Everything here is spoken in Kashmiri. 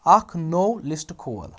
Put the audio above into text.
اکھ نٔو لسٹ کھول